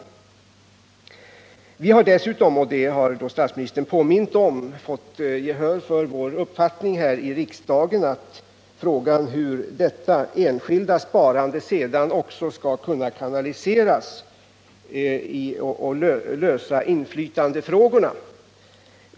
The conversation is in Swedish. Vi har dessutom — och det har statsministern påmint om — här i riksdagen fått gehör för vår uppfattning i fråga om hur detta enskilda sparande skall kunna kanaliseras och hur inflytandefrågorna skall kunna lösas.